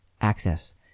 access